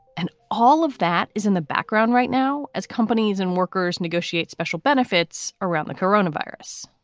and all of that is in the background right now as companies and workers negotiate special benefits around the coronavirus